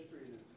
history